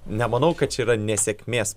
nemanau čia yra nesėkmės